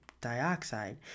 dioxide